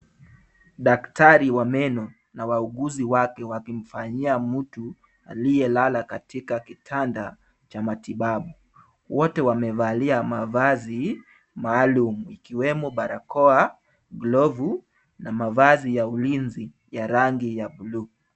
Daktari wa meno na wauguzi wake wakimfanyia mtu, aliyelala katika kitanda cha matibabu. Wote wamevalia mavazi maalum ikiwemo barakoa, glovu na mavazi ya ulinzi ya rangi ya buluu .